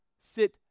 sit